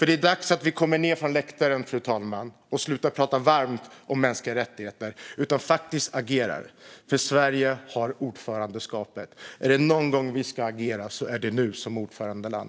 Det är dags att vi kommer ned från läktaren, fru talman, och slutar prata varmt om mänskliga rättigheter utan faktiskt agerar. Sverige innehar ordförandeskapet. Är det någon gång vi ska agera är det nu som ordförandeland.